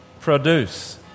produce